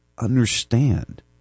Understand